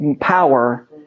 power